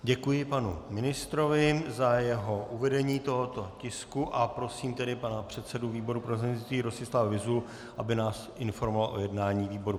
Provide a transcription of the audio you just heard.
Děkuji panu ministrovi za jeho uvedení tohoto tisku a prosím pana předsedu výboru Rostislava Vyzulu, aby nás informoval o jednání výboru.